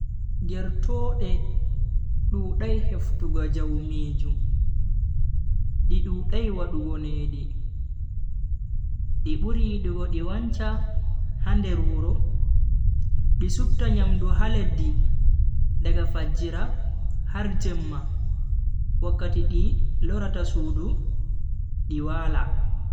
Gertoode dudai heftugo jaumijum. Di dudai wadugo nedi, di buri yidugo di wancha ha nder wuro di supta nyamdu ha leddi daga fajjira har Jemma wakkati di lorata sudu di wala.